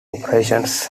operations